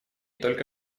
только